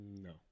no